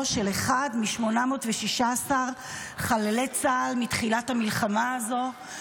של אחד מ-816 חללי צה"ל מתחילת המלחמה הזאת,